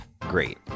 great